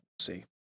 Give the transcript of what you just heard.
see